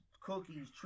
cookies